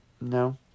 No